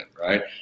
Right